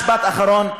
משפט אחרון,